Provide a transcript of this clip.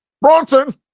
Bronson